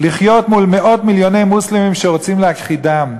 לחיות מול מאות מיליוני מוסלמים שרוצים להכחידם,